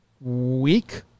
week